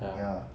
ya